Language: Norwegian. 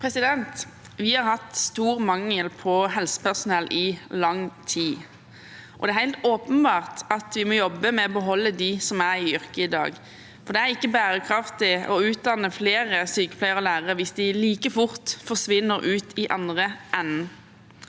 Vi har hatt stor mangel på helsepersonell i lang tid. Det er helt åpenbart at vi må jobbe med å beholde dem som er i yrket i dag, for det er ikke bærekraftig å utdanne flere sykepleiere og lærere hvis de like fort forsvinner ut i den andre enden.